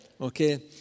Okay